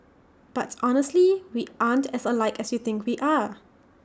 but honestly we aren't as alike as you think we are